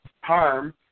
harm